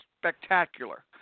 spectacular